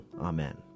Amen